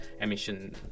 emission